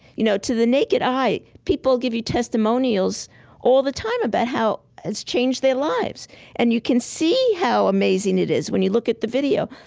you know, to the naked eye people give you testimonials all the time about how it's changed their lives and you can see how amazing it is when you look at the video.